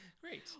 Great